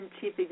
chief